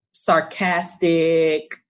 sarcastic